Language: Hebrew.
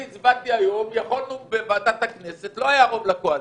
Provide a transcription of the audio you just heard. אני הצבעתי היום בוועדת הכנסת לא היה רוב לקואליציה.